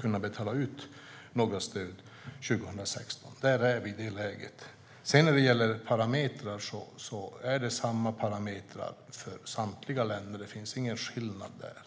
kunna betala ut några stöd 2016. Vi är i det läget. När det gäller parametrar är det samma parametrar för samtliga länder. Det finns ingen skillnad där.